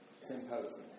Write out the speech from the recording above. symposium